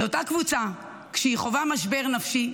אותה קבוצה, כשהם חווים משבר נפשי,